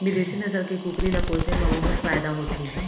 बिदेसी नसल के कुकरी ल पोसे म बहुत फायदा होथे